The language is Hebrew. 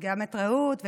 גם את רעות.